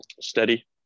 steady